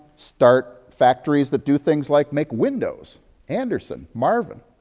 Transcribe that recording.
start factories that do things like make windows andersen, marvin,